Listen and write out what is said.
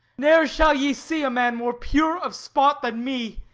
ne'er shall ye see a man more pure of spot than me,